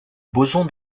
boson